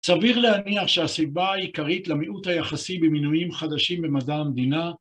סביר להניח שהסיבה העיקרית למיעוט היחסי במינויים חדשים במדע המדינה